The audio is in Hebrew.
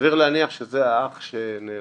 שסביר להניח שזה האח שלי שנעלם.